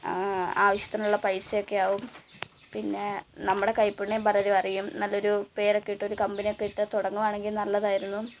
ആവിശ്യത്തിനുള്ള പൈസയൊക്കെയാവും പിന്നെ നമ്മുടെ കൈപ്പുണ്യം പലരും അറിയും നല്ലൊരു പേരൊക്കെ ഇട്ടൊരു കമ്പനി ഒക്കെ ഇപ്പം തുടങ്ങുവാണെങ്കിൽ നല്ലതായിരുന്നു